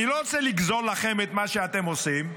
אני לא רוצה לגזול לכם את מה שאתם עושים,